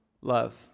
love